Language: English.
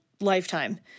lifetime